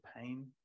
pain